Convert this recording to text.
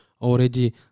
already